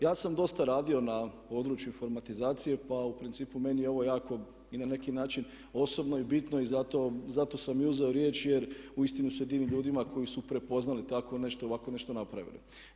Ja sam dosta radio na području informatizacije pa u principu meni je ovo jako i na neki način osobno i bitno i zato sam i uzeo riječ jer uistinu se divim ljudima koji su prepoznali tako nešto i ovako nešto napravili.